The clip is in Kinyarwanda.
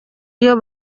iyo